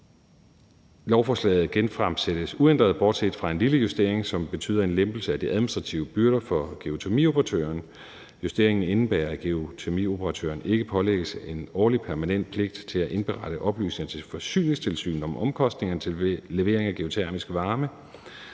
Lovforslaget genfremsættes uændret bortset fra en lille justering, som betyder en lempelse af de administrative byrder for geotermioperatøren. Justeringen indebærer, at geotermioperatøren ikke pålægges en årlig permanent pligt til at indberette oplysninger til Forsyningstilsynet om omkostningerne til levering af geotermisk varme,